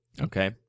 okay